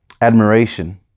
admiration